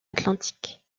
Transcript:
atlantiques